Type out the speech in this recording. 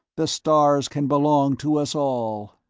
the stars can belong to us all!